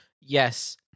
Yes